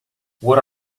what